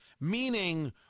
Meaning